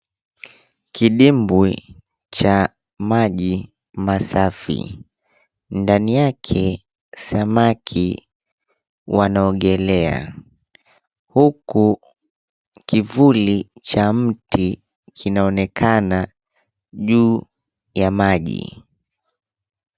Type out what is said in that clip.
Kidimbwi cha maji masafi. Ndani yake samaki wanaoegelea huku kivuli cha mti kinaonekana juu ya maji.